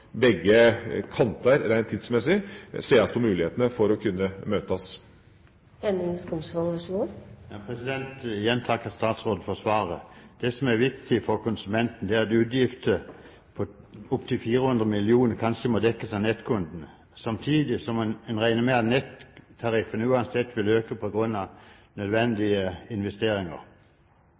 begge kanter rent tidsmessig ses på mulighetene for å kunne møtes. Jeg vil igjen takke statsråden for svaret. Det som er viktig for konsumenten, er at utgifter på opptil 400 mill. kr kanskje må dekkes av nettkundene, samtidig som en regner med at nettariffen uansett vil øke på grunn av nødvendige investeringer.